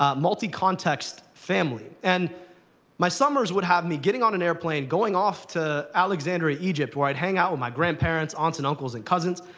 ah multi-context family. and my summers would have me getting on an airplane, going off to alexandria, egypt, where i'd hang out with my grandparents, aunts and uncles, and cousins.